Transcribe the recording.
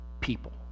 people